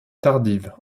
tardive